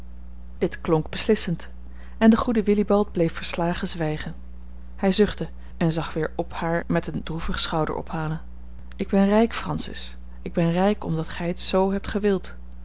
dit klonk beslissend en de goede willibald bleef verslagen zwijgen hij zuchtte en zag weer op haar met een droevig schouderophalen ik ben rijk francis ik ben rijk omdat gij het z hebt gewild